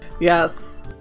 Yes